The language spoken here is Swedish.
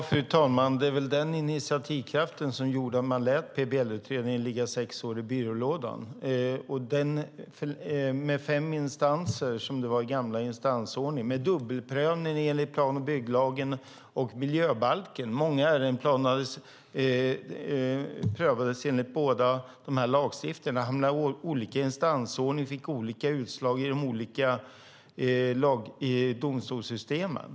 Fru talman! Det var väl den initiativkraften som gjorde att man lät PBL-utredningen ligga sex år i byrålådan. Med fem instanser, som det var i den gamla instansordningen, med dubbelprövningen enligt plan och bygglagen och miljöbalken prövades många ärenden enligt båda dessa lagstiftningar. Olika instansordningar fick olika utslag i de olika domstolssystemen.